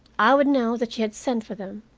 i would know that she had sent for them,